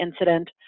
incident